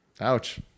Ouch